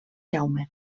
jaume